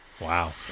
Wow